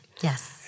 Yes